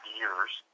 years